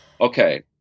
okay